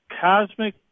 cosmic